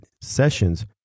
sessions